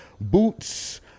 Boots